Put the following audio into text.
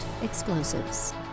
explosives